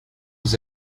aux